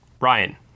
Ryan